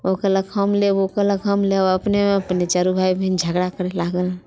ओ कहलक हम लेब ओ कहलक हम लेब अपने अपनेमे चारू भाय बहीन झगड़ा करै लागल